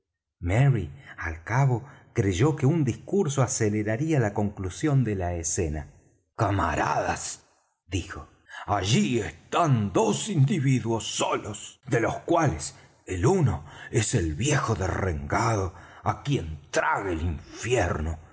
al cabo creyó que un discurso aceleraría la conclusión de la escena camaradas dijo allí están dos individuos solos de los cuales el uno es el viejo derrengado á quien trague el infierno